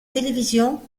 télévision